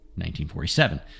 1947